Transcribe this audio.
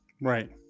Right